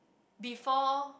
before